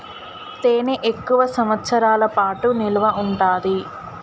తేనె ఎక్కువ సంవత్సరాల పాటు నిల్వ ఉంటాది